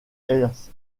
ernst